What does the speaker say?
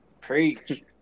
Preach